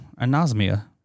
Anosmia